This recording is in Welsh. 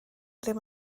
ddim